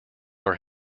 are